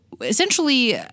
essentially